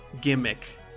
gimmick